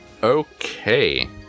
okay